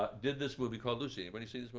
ah did this movie called lucy. anybody see this but